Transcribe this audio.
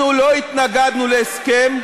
לא התנגדנו להסכם.